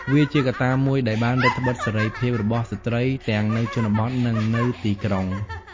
វាជាកត្តាមួយដែលបានរឹតត្បិតសេរីភាពរបស់ស្ត្រីទាំងនៅជនបទ និងនៅទីក្រុង។